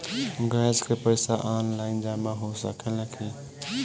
Gas के पइसा online जमा हो सकेला की?